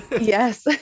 Yes